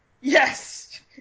yes